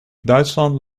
duitsland